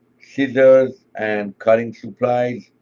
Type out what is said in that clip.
scissors and cutting supplies.